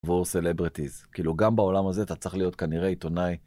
וור סלברטיז, כאילו גם בעולם הזה אתה צריך להיות כנראה עיתונאי.